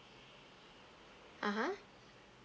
(uh huh)